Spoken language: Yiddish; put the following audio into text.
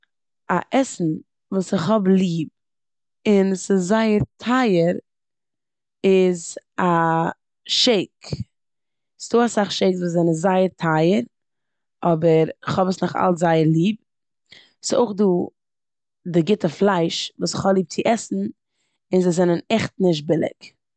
א עסן וואס כ'האב ליב און ס'זייער טייער איז א שעיק. ס'דא אסאך שעיקס וואס זענען זייער טייער אבער כ'האב עס נאכאלץ זייער ליב. ס'איז אויך דא די גוטע פלייש וואס כ'האב ליב צו עסן און זיי זענען עכט נישט ביליג.